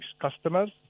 customers